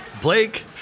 Blake